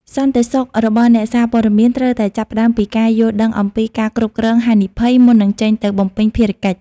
សន្តិសុខរបស់អ្នកសារព័ត៌មានត្រូវតែចាប់ផ្តើមពីការយល់ដឹងអំពី "ការគ្រប់គ្រងហានិភ័យ" មុននឹងចេញទៅបំពេញភារកិច្ច។